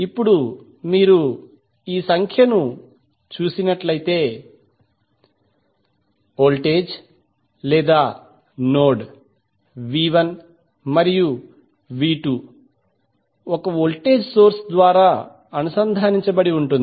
ఇప్పుడు మీరు ఈ సంఖ్యను చూసినట్లయితే వోల్టేజ్ లేదా నోడ్ మరియు ఒక వోల్టేజ్ సోర్స్ ద్వారా అనుసంధానించబడి ఉంటుంది